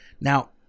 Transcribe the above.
Now